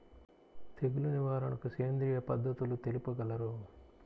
తెగులు నివారణకు సేంద్రియ పద్ధతులు తెలుపగలరు?